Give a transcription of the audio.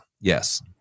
Yes